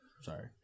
Sorry